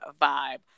vibe